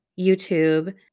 YouTube